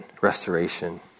restoration